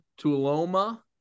Tuloma